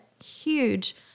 huge